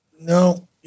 no